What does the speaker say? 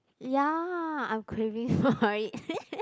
ya I'm craving for it